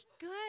good